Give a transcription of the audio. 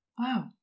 Wow